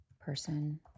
person